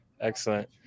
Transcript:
excellent